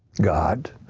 god.